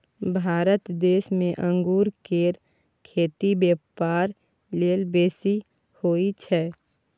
भारत देश में अंगूर केर खेती ब्यापार लेल बेसी होई छै